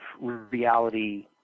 reality